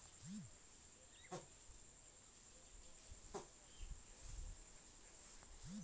রোডের বা অন্য কুনু গাড়ির সাথে যখন গটে কইরা টাং লাগাইতেছে তাকে বাল্ক টেংক বলে